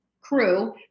crew